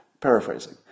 Paraphrasing